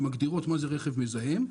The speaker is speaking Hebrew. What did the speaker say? שמגדירות מה זה רכב מזהם,